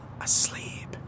asleep